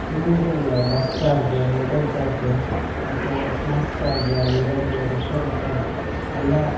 individual bus charge hotel charge ಮತ್ತು snacks charge ಅಲ್ಲಿ ಇರೋದು ರೆಸ್ಟೋರೆಂಟ್ ಚಾರ್ಜ್ ಎಲ್ಲ